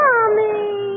Mommy